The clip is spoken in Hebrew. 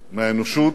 מהאנושות,